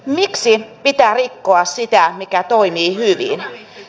miksi pitää rikkoa sitä mikä toimii hyvin